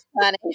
funny